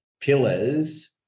pillars